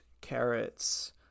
carrots